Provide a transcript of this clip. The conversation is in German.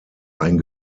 ein